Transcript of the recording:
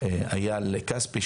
איל כספי,